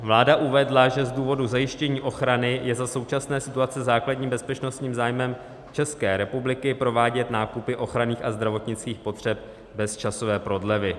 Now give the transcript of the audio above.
Vláda uvedla, že z důvodu zajištění ochrany je za současné situace základním bezpečnostním zájmem České republiky provádět nákupy ochranných a zdravotnických potřeb bez časové prodlevy.